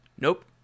nope